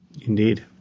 Indeed